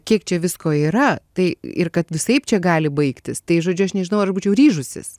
kiek čia visko yra tai ir kad visaip čia gali baigtis tai žodžiu aš nežinau ar būčiau ryžusis